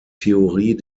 theorie